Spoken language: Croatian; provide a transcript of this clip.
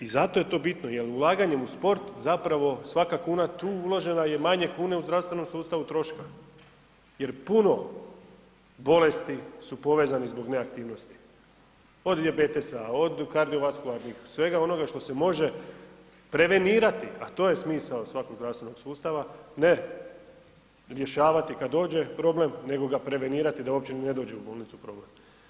I zato je to bitno jel ulaganjem u sport zapravo svaka kuna tu uložena je manje kune u zdravstvenom sustavu troška jer puno bolesti su povezani zbog neaktivnosti, od dijabetisa, od kardiovaskularnih svega onoga što se može prevenirati, a to je smisao svakog zdravstvenog sustava, ne rješavati kad dođe problem, nego ga prevenirati da uopće ni ne dođe u bolnicu problem.